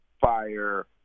fire